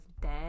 dead